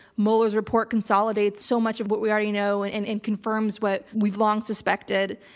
mueller's report consolidates so much of what we already know and and and confirms what we've long suspected.